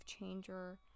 changer